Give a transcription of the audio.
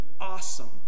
awesome